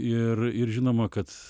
ir ir žinoma kad